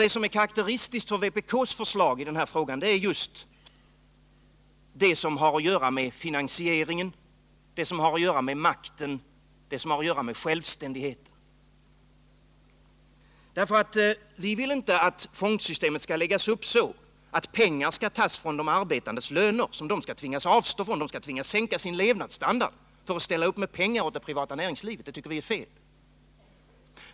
Det som är karakteristiskt för vpk:s förslag i denna fråga är just det som har att göra med finansieringen, makten och självständigheten. Vi vill inte att fondsystemet skall läggas upp så att pengar skall tas från de arbetandes löner. Att de skall tvingas sänka sin levnadsstandard för att ställa upp med pengar åt det privata näringslivet tycker vi är fel.